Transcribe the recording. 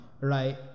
right